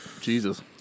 Jesus